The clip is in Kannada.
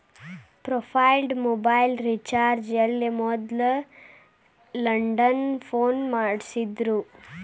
ಪ್ರಿಪೇಯ್ಡ್ ಮೊಬೈಲ್ ರಿಚಾರ್ಜ್ ಎಲ್ಲ ಮೊದ್ಲ ಲ್ಯಾಂಡ್ಲೈನ್ ಫೋನ್ ಮಾಡಸ್ತಿದ್ರು